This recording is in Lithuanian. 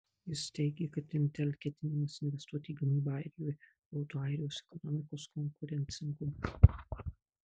jis teigė kad intel ketinimas investuoti į gamybą airijoje rodo airijos ekonomikos konkurencingumą